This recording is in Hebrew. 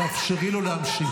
תאפשרי לו להמשיך.